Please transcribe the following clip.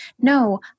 No